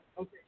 Okay